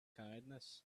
kindness